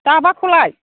दाबाखौलाय